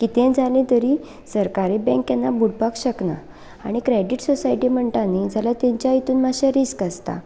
कितेंय जालें तरी सरकारी बँक केन्ना बुडपाक शकना आनी क्रेडीट सोसायटी म्हणटा न्ही जाल्या तेंच्या हितून मातशें रिस्क आसता